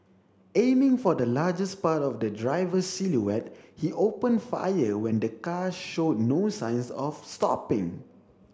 aiming for the largest part of the driver's silhouette he opened fire when the car showed no signs of stopping